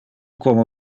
como